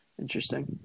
Interesting